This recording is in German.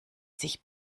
sich